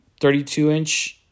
32-inch